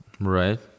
Right